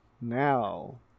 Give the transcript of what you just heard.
now